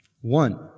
One